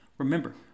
Remember